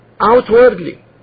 outwardly